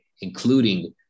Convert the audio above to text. including